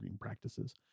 practices